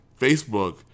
Facebook